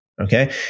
Okay